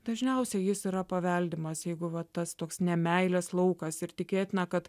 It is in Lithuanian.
dažniausiai jis yra paveldimas jeigu va tas toks nemeilės laukas ir tikėtina kad